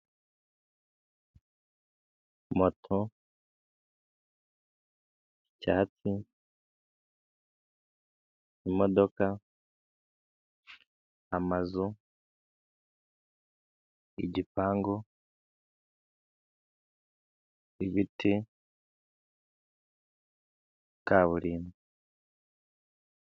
Moto ,icyatsi ,imodoka ,amazu ,igipangu ,igiti ,kaburimbo.